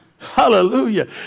Hallelujah